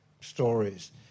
stories